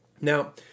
Now